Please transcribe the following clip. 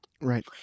Right